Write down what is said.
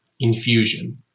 infusion